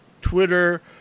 Twitter